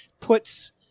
puts